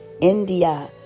India